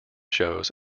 shows